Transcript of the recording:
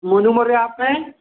मोनू मौर्या आप हैं